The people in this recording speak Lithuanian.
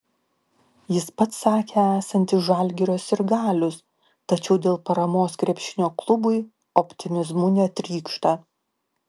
jis pats sakė esantis žalgirio sirgalius tačiau dėl paramos krepšinio klubui optimizmu netrykšta